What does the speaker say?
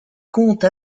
comtes